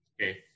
Okay